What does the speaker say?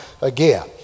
again